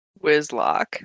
Whizlock